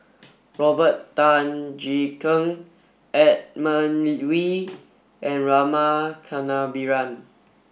Robert Tan Jee Keng Edmund Wee and Rama Kannabiran